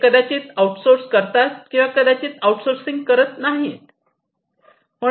ते कदाचित आउटसोर्स करतात किंवा कदाचित ते आउटसोर्सिंग करत नाहीत